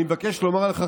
אני מבקש לומר לך,